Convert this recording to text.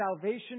salvation